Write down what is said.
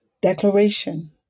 declaration